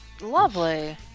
Lovely